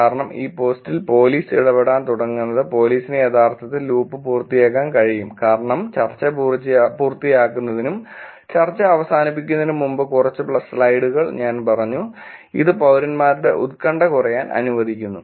കാരണം ഈ പോസ്റ്റിൽ പോലീസ് ഇടപെടാൻ തുടങ്ങുന്നത് പോലീസിന് യഥാർത്ഥത്തിൽ ലൂപ്പ് പൂർത്തിയാക്കാൻ കഴിയും കാരണം ചർച്ച പൂർത്തിയാക്കുന്നതിനും ചർച്ച അവസാനിപ്പിക്കുന്നതിനും മുമ്പ് കുറച്ച് സ്ലൈഡുകൾ ഞാൻ പറഞ്ഞു ഇത് പൌരന്മാരുടെ ഉത്കണ്ഠ കുറയാൻ അനുവദിക്കുന്നു